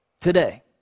Today